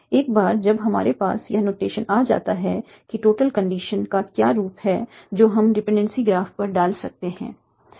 एक बार जब हमारे पास यह नोटेशन आ जाता है कि टोटल कंडीशन का क्या रूप है जो हम डिपेंडेंसी ग्राफ पर डाल सकते हैं